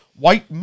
White